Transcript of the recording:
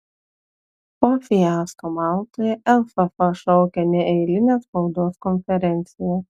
po fiasko maltoje lff šaukia neeilinę spaudos konferenciją